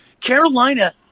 Carolina